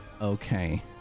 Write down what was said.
Okay